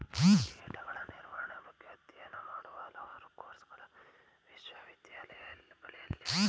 ಕೀಟಗಳ ನಿರ್ವಹಣೆ ಬಗ್ಗೆ ಅಧ್ಯಯನ ಮಾಡುವ ಹಲವಾರು ಕೋರ್ಸಗಳು ವಿಶ್ವವಿದ್ಯಾಲಯಗಳಲ್ಲಿವೆ